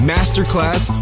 Masterclass